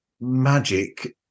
magic